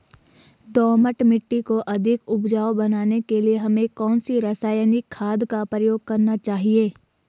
दोमट मिट्टी को अधिक उपजाऊ बनाने के लिए हमें कौन सी रासायनिक खाद का प्रयोग करना चाहिए?